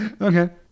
Okay